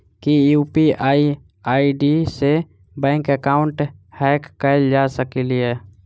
की UPI ID सऽ bank account hack कैल जा सकलिये?